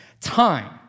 time